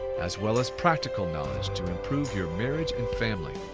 as well as practical knowledge to improve your marriage and family